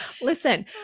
listen